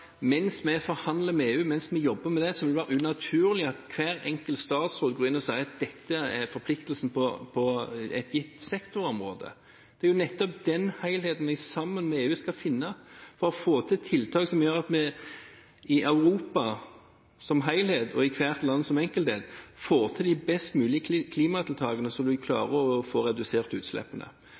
mens vi forhandler med EU, og mens vi jobber med det, vil det være unaturlig at hver enkelt statsråd går inn og sier at dette er forpliktelsen på et gitt sektorområde. Det er jo nettopp den helheten vi skal finne sammen med EU, for å få til tiltak som gjør at vi i Europa som helhet og i hvert land som enkelthet, får til de best mulige klimatiltakene, sånn at vi klarer å få redusert utslippene.